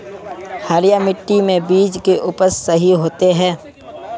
हरिया मिट्टी में बीज के उपज सही होते है?